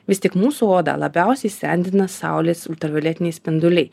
vis tik mūsų odą labiausiai sendina saulės ultravioletiniai spinduliai